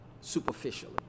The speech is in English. superficially